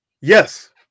Yes